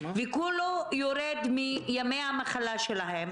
הכול יורד מימי המחלה שלו.